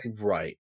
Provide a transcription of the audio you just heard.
right